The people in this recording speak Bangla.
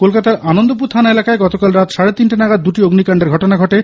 কোলকাতার আনন্দপুর থানা এলাকায় গতকাল রাতে সাড়ে তিনটে নাগাদ দুটি অগ্নিকান্ডের ঘটনা ঘটে